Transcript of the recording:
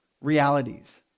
realities